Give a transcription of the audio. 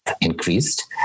increased